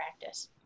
practice